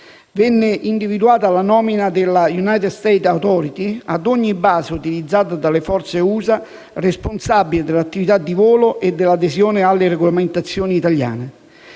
a bassissima quota; la nomina della *US Authority* ad ogni base utilizzata dalle forze USA, responsabile dell'attività di volo e dell'adesione alle regolamentazioni italiane;